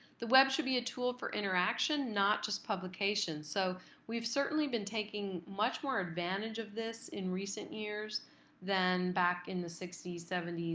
the web should be a tool for interaction, not just publication. so we've certainly been taking much more advantage of this in recent years than back in the sixty s, seventy s,